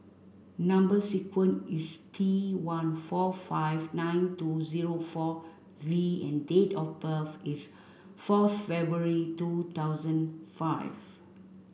number sequence is T one four five nine two zero four V and date of birth is fourth February two thousand five